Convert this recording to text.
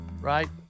right